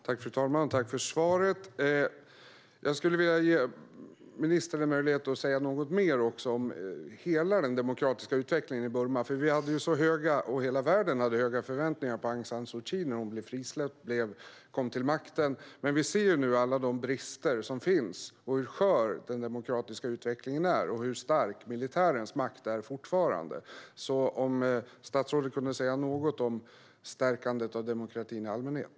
Fru talman! Jag tackar ministern för svaret. Jag vill ge ministern en möjlighet att säga något mer om hela den demokratiska utvecklingen i Burma/Myanmar. Hela världen hade höga förväntningar på Aung San Suu Kyi när hon blev frisläppt och kom till makten. Men nu ser vi alla brister som finns, hur skör den demokratiska utvecklingen är och hur stark militärens makt fortfarande är. Kan statsrådet säga något om stärkandet av demokratin i allmänhet?